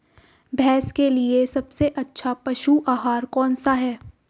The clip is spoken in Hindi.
भैंस के लिए सबसे अच्छा पशु आहार कौनसा है?